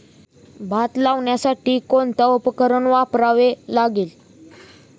भात लावण्यासाठी कोणते उपकरण वापरावे लागेल?